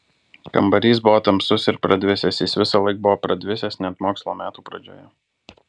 kambarys buvo tamsus ir pradvisęs jis visąlaik buvo pradvisęs net mokslo metų pradžioje